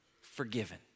Forgiven